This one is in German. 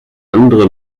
andere